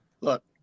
Look